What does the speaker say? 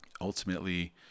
Ultimately